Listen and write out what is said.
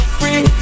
free